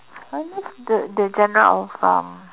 I love the the genre of um